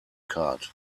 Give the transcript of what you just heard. card